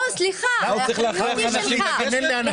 מה, הוא צריך להכריח אנשים לגשת?